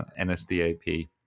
NSDAP